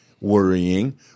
worrying